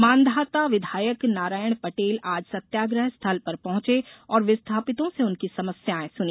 मांधाता विधायक नारायण पटेल आज सत्याग्रह स्थल पर पहुंचे और विस्थापितों से उनकी समस्याएं सुनी